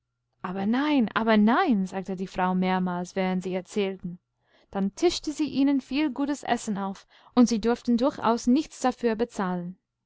wersieseienundwohersiekämen unddiekindererzähltenihrihreganzegeschichte abernein abernein sagte die frau mehrmals während sie erzählten dann tischte sie ihnen viel gutes essen auf und sie durften durchaus nichts dafür bezahlen